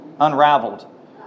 unraveled